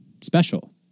special